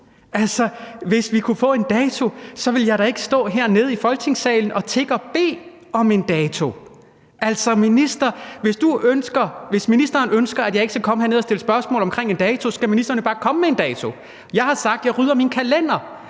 hvis vi kunne få en dato, ville jeg da ikke stå hernede i Folketingssalen og tigge og bede om en dato. Altså, hvis ministeren ønsker, at jeg ikke skal komme herned og stille spørgsmål omkring en dato, skal ministeren jo bare komme med en dato. Jeg har sagt: Jeg rydder min kalender.